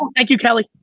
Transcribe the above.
um thank you, kelly.